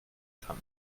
kann